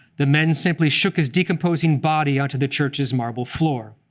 the men simply shook his decomposing body onto the church's marble floor.